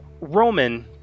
Roman